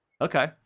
Okay